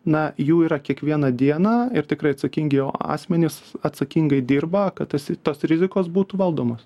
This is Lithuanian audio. na jų yra kiekvieną dieną ir tikrai atsakingi jau asmenys atsakingai dirba kad tas tos rizikos būtų valdomos